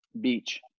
Beach